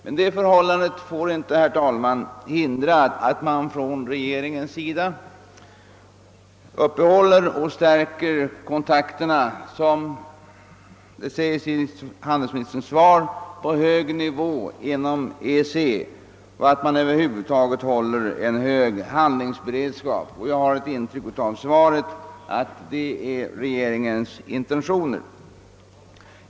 Men det förhållandet får inte hindra att regering en upprätthåller och stärker kontakterna, som handelsministern säger i sitt svar, »på hög nivå inom EEC» och att man över huvud taget håller en hög handlingsberedskap. Jag har av svaret fått det intrycket att det är regering ens intentioner.